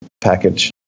package